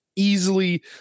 Easily